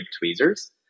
tweezers